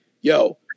yo